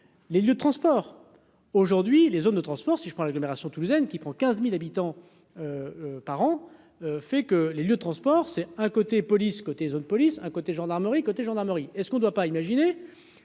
les lieux de transport aujourd'hui, les zones de transports, si je prends l'agglomération toulousaine qui prend 15000 habitants par an, fait que les lieux de transport c'est un côté police côté zone police un côté gendarmerie côté gendarmerie et ce qu'on doit pas imaginer